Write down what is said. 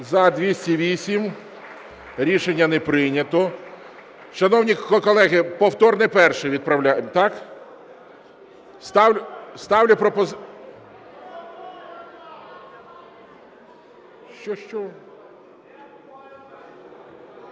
За-208 Рішення не прийнято. Шановні колеги, на повторне перше відправляємо, так? Ставлю пропозицію… (Шум